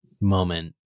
moment